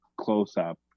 close-up